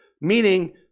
Meaning